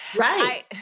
right